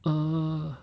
err